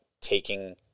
taking